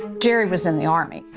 jerry was in the army.